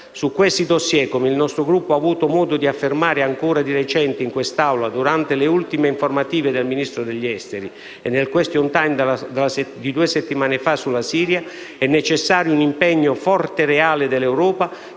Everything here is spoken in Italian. Su questi *dossier*, come il nostro Gruppo ha avuto modo di affermare ancora di recente in quest'Aula durante le ultime informative del Ministro degli esteri e nel *question time* della scorsa settimana sulla Siria, è necessario un impegno forte e reale dell'Europa,